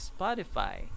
Spotify